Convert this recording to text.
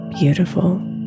beautiful